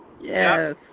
Yes